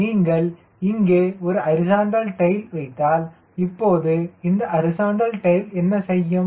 எனவே நீங்கள் இங்கே ஒரு ஹரிசாண்டல் டைல் வைத்தால் இப்போது இந்த ஹரிசாண்டல் டைல் என்ன செய்யும்